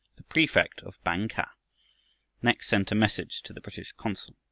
the prefect of bang-kah next sent a message to the british consul.